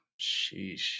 sheesh